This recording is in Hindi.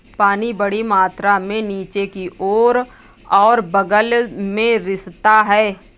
पानी बड़ी मात्रा में नीचे की ओर और बग़ल में रिसता है